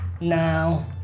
Now